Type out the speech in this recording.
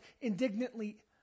indignantly